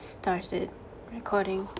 started recording